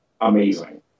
amazing